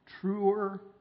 truer